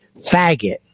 faggot